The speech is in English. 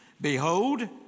Behold